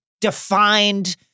defined